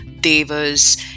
Devas